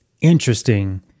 interesting